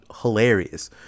hilarious